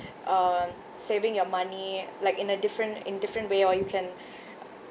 um saving your money like in a different in different way or you can